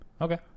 Okay